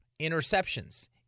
interceptions